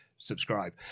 Subscribe